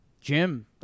Jim